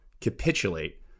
capitulate